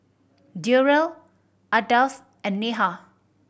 Durrell Ardath and Neha